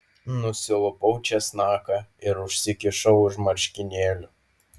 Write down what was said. nusilupau česnaką ir užsikišau už marškinėlių